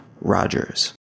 Rogers